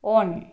on